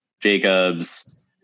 Jacobs